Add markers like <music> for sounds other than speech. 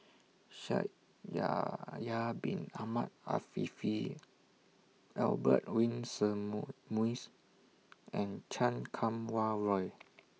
Shaikh Yahya Bin Ahmed Afifi Albert <unintelligible> and Chan Kum Wah Roy